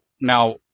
now